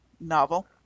novel